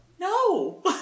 No